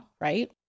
Right